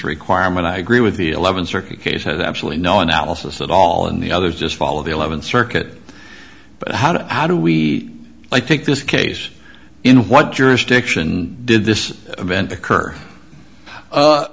requirement i agree with the eleventh circuit case had absolutely no analysis at all and the others just follow the eleventh circuit but how to how do we like take this case in what jurisdiction did this event occur